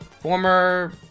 former